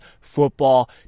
football